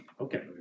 Okay